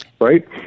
right